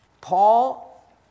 Paul